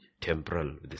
temporal